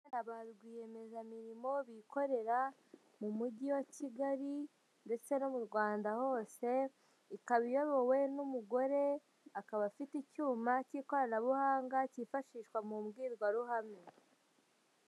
Aba Rwiyemezamirimo bikorera, mu mujyi wa Kigali ndetse no mu Rwanda hose ikaba iyobowe n'umugore, akaba afite icyuma cy'ikoranabuhanga cyifashishwa mu mbwirwaruhame.